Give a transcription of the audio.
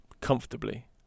comfortably